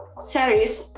series